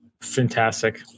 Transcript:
fantastic